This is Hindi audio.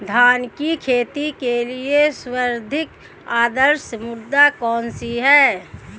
धान की खेती के लिए सर्वाधिक आदर्श मृदा कौन सी है?